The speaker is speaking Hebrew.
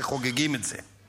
שחוגגים את זה.